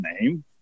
name